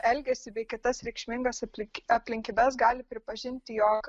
elgesį bei kitas reikšmingas aplink aplinkybes gali pripažinti jog